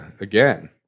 again